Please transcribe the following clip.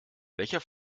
welcher